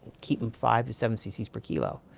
keep them five to seven ccs per kilo.